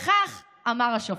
וכך אמר השופט: